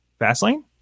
Fastlane